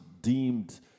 deemed